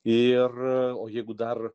ir o jeigu dar